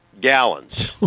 gallons